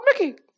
Mickey